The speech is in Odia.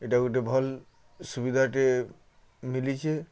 ଇ'ଟା ଗୁଟେ ଭଲ୍ ସୁବିଧାଟେ ମିଲିଛେ